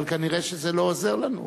אבל כנראה זה לא עוזר לנו.